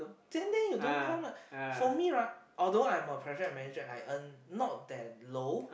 then then you don't come ah for me right although I'm a project manager I earn not that low